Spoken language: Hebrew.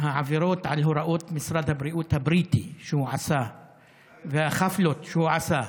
העבירות על הוראות משרד הבריאות הבריטי שהוא עשה והחפלות שהוא עשה.